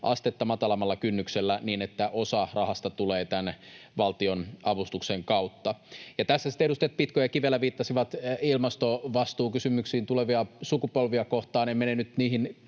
astetta matalammalla kynnyksellä niin, että osa rahasta tulee valtionavustuksen kautta. Ja tässä sitten edustajat Pitko ja Kivelä viittasivat ilmastovastuukysymyksiin tulevia sukupolvia kohtaan.